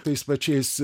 tais pačiais